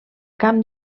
camp